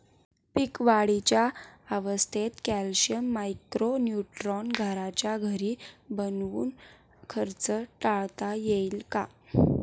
पीक वाढीच्या अवस्थेत calcium, micro nutrient घरच्या घरी बनवून खर्च टाळता येईल का?